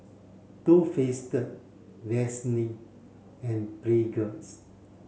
Too Faced Vaseline and Pringles